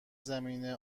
زمینه